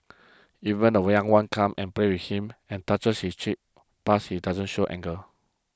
even when are one come and play with him and touch his cheek pads he doesn't show anger